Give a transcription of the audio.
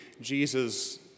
Jesus